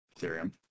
ethereum